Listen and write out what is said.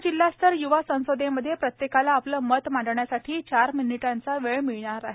सर्व जिल्हास्तर य्वा संसदेमध्ये प्रत्येकाला आपले मत मांडण्यासाठी चार मिनिटांचा वेळ मिळणार आहे